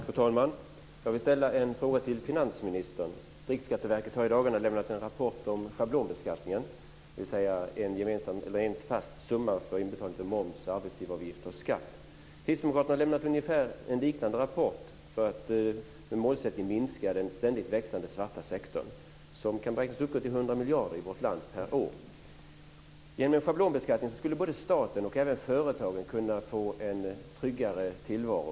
Fru talman! Jag vill ställa en fråga till finansministern. Riksskatteverket har i dagarna lämnat en rapport om schablonbeskattningen, dvs. en fast summa för inbetalning av moms, arbetsgivaravgifter och skatt. Kristdemokraterna har lämnat en liknande rapport. Målsättningen är att minska den ständigt växande svarta sektorn, som kan beräknas uppgå till 100 miljarder per år i vårt land. Genom en schablonbeskattning skulle både staten och företagen kunna få en tryggare tillvaro.